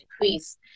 decrease